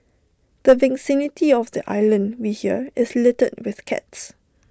the vicinity of the island we hear is littered with cats